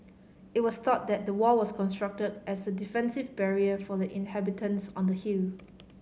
it was thought that the wall was constructed as a defensive barrier for the inhabitants on the hill